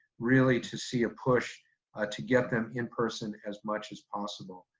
really to see a push to get them in-person as much as possible.